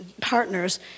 partners